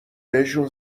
بهشون